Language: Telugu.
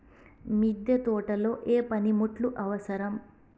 మిద్దె తోటలో ఏ పనిముట్లు అవసరం?